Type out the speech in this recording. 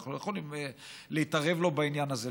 ואנחנו לא יכולים להתערב לו בעניין הזה.